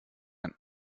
ein